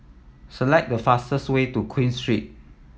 select the fastest way to Queen Street